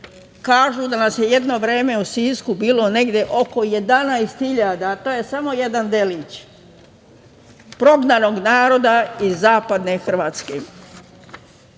Kažu da nas je jedno vreme u Sisku bilo negde oko 11.000, to je samo jedan delić prognanog naroda iz zapadne Hrvatske. Nastavili